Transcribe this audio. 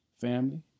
Family